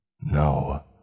No